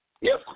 Yes